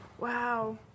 Wow